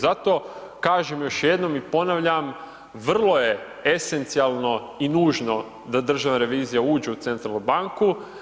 Zato kažem još jednom i ponavljam, vrlo je esencijalno i nužno da Državna revizija uđu u Centralnu banku.